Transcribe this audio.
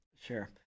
Sure